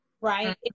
right